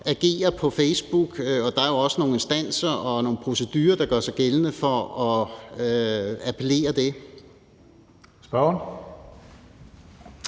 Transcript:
agere på Facebook. Der er også nogle instanser og nogle procedurer, der gør sig gældende i forhold til at appellere det. Kl.